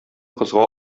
кызга